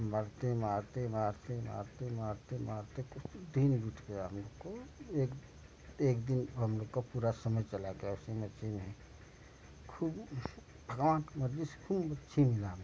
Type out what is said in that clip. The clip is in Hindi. मरते मारते मारते मारते मारते मारते फिर तीन घुट लिया उनको एक एक दिन हम लोग का पूरा समय चला गया उसी में मच्छी में खूब गाँठ मारके खूब मच्छी अच्छे से